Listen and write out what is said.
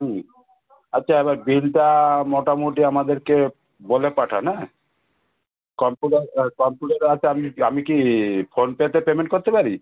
হুম আচ্ছা এবার বিলটা মোটামুটি আমাদেরকে বলে পাঠান হ্যাঁ কম্পিউটার কম্পিউটার আছে আপনি আমি কি ফোনপেতে পেমেন্ট করতে পারি